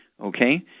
okay